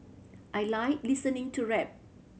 I like listening to rap